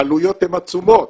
העלויות הן עצומות,